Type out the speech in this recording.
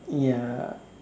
ya